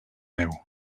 neu